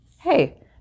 Hey